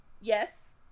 Yes